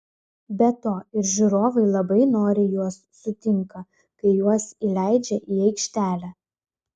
be to ir žiūrovai labai noriai juos sutinka kai juos įleidžia į aikštelę